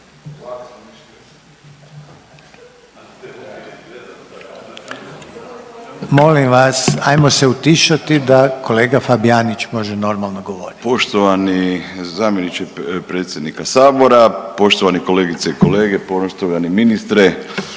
Molim vas, ajmo se utišati da kolega Fabijanić može normalno govoriti. **Fabijanić, Erik (Nezavisni)** Poštovani zamjeniče predsjednika Sabora, poštovani kolegice i kolege, poštovani ministre,